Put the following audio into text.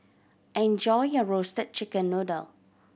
enjoy your Roasted Chicken Noodle